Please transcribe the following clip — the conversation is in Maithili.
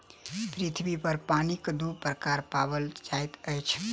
पृथ्वी पर पानिक दू प्रकार पाओल जाइत अछि